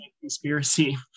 conspiracy